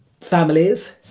families